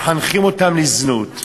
מחנכים אותם לזנות,